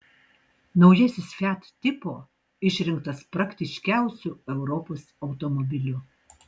naujasis fiat tipo išrinktas praktiškiausiu europos automobiliu